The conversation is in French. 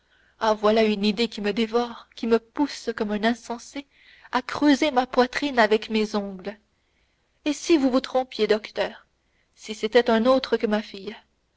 ah voilà une idée qui me dévore qui me pousse comme un insensé à creuser ma poitrine avec mes ongles et si vous vous trompiez docteur si c'était un autre que ma fille